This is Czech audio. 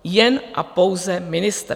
Jen a pouze ministr.